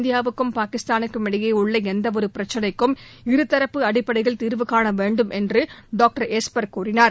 இந்தியாவுக்கும் பாகிஸ்தானுக்கும் இடையே உள்ள எந்தவொரு பிரச்னைக்கும் இருதரப்பு அடிப்படையில் தீர்வுகாணவேண்டும் என்று டாக்டர் எஸ்பர் கூறினார்